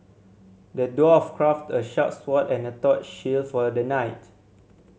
the dwarf crafted a sharp sword and a tough shield for the knight